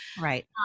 Right